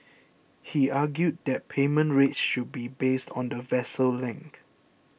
he argued that payment rates should be based on the vessel length